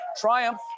Triumph